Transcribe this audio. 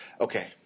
Okay